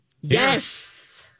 Yes